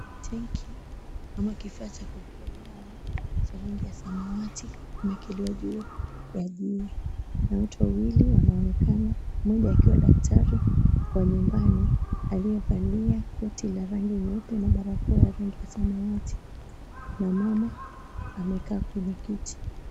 Tenki ama kifaa cha kuekea dawa cha rangi ya samawati kimeekelewa juu ya juu na watu wawili wanaonekana mmoja akiwa daktari wa nyumbani aliyevalia koti la rangi nyeupe na barakoa ya rangi samawati na mama amekaa kwenye kiti.